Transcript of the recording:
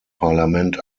parlament